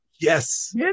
Yes